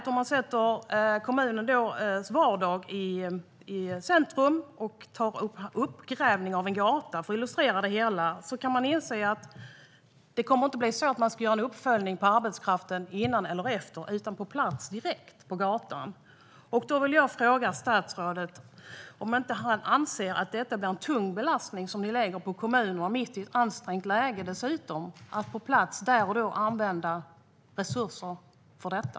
Om man sätter kommunens vardag i centrum och som exempel tar uppgrävning av en gata för att illustrera det hela kan man inse att det inte blir en uppföljning av arbetskraften före eller efter utan på plats direkt, på gatan. Då vill jag fråga statsrådet om han inte anser att det blir en tung belastning som vi lägger på kommunerna, dessutom mitt i ett ansträngt läge, för att på plats använda resurser för detta.